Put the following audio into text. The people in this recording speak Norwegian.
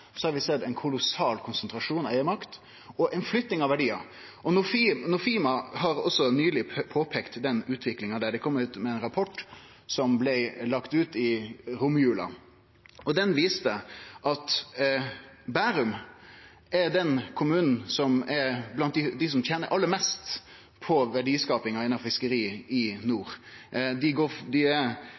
har vi sett ein kolossal konsentrasjon av eigarmakt, og ei flytting av verdiar. Nofima har nyleg peikt på den utviklinga. Dei har kome med ein rapport, som blei lagt ut i romjula. Rapporten viste at Bærum er blant dei kommunane som tener aller mest på verdiskaping innan fiskeri i nord. Dei ligg vesentleg over Båtsfjord, dei er